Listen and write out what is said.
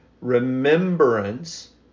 Remembrance